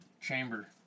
chamber